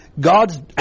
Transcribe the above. God's